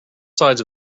sides